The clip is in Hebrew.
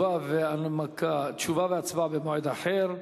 הבטחת הכנסה) תשובה והצבעה במועד אחר.